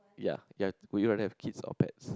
ya you have would you rather have kids or pets